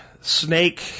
snake